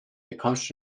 bekommst